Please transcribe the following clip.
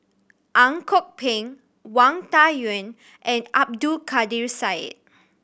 Ang Kok Peng Wang Dayuan and Abdul Kadir Syed